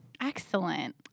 Excellent